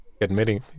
admitting